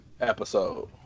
episode